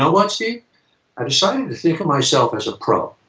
know what steve? i've decided to think of myself as a pro.